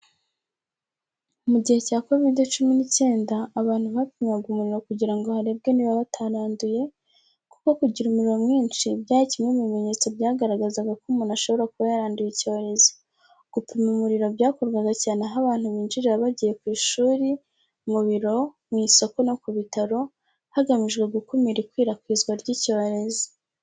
Mu gihe cya kovide cumi n'icyenda, abantu bapimwaga umuriro kugira ngo harebwe niba bataranduye, kuko kugira umuriro mwinshi byari kimwe mu bimenyetso byagaragazaga ko umuntu ashobora kuba yaranduye icyorezo. Gupima umuriro byakorwaga cyane aho abantu binjirira bagiye ku ishuri, mu biro, mu isoko no ku bitaro, hagamijwe gukumira ikwirakwizwa ry'icyorezo.